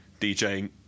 DJing